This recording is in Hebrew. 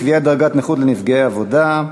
קביעת דרגת נכות לנפגעי עבודה),